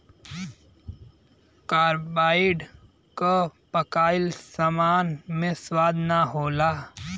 carbide से पकाइल सामान मे स्वाद ना होला